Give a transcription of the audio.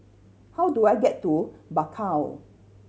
how do I get to Bakau